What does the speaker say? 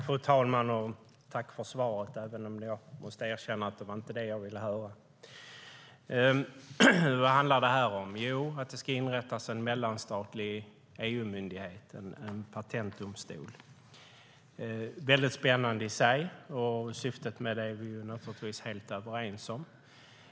Fru talman! Jag tackar för svaret, även om jag måste erkänna att det inte var vad jag ville höra. Vad handlar det här om? Jo, om att det ska inrättas en mellanstatlig EU-myndighet, en patentdomstol. Det är spännande i sig, och syftet är vi naturligtvis helt överens om.